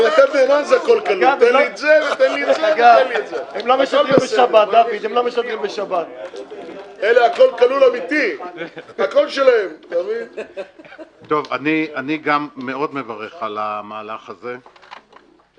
גם אני מאוד מברך על המהלך הזה,